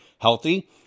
healthy